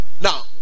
Now